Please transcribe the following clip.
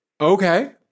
okay